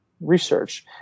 research